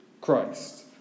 Christ